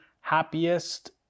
happiest